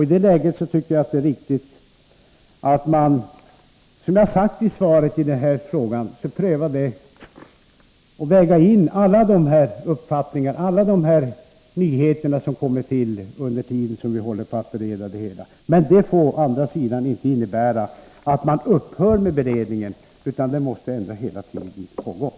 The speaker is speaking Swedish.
I det läget är det viktigt att vi väger in alla uppfattningar och alla nyheter som kommer fram under den tid då vi bereder ärendet.